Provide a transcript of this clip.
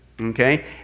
okay